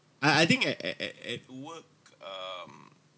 ah I think at at at at work um